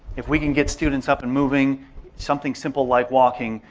if we can get students up and moving something simple like walking,